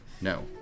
No